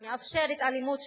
מאפשרת אלימות של